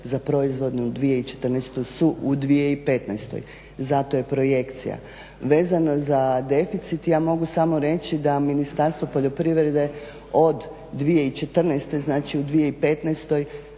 za proizvodnu 2014.su u 2015. zato je projekcija. Vezano za deficit ja mogu samo reći da Ministarstvo poljoprivrede od 2014.znači u